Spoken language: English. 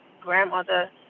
grandmother